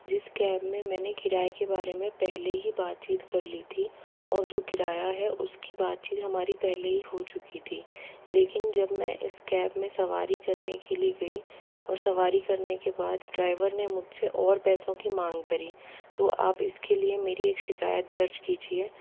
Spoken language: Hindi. जिस कैब में मैंने किराए के बारे में पहले ही बातचीत कर ली थी और जो किराया है उसकी बातचीत हमारी पहले ही हो चुकी थी लेकिन जब मैं इस कैब में सवारी करने के लिए गयी और सवारी करने के बाद ड्राइवर ने मुझसे और पैसों की माँग करी तो आप इस के लिए मेरी एक शिकायत दर्ज कीजिए